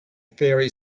ferry